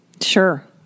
sure